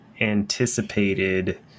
anticipated